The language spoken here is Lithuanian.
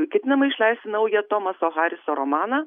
ketinama išleisti naują tomaso hariso romaną